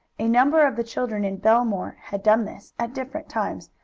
a number of the children in bellemere had done this, at different times,